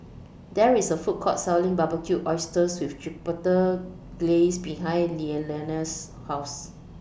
There IS A Food Court Selling Barbecued Oysters with Chipotle Glaze behind Lilianna's House